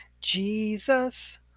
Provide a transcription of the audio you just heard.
Jesus